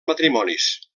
matrimonis